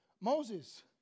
Moses